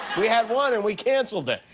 we had one and we cancelled it.